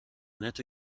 nette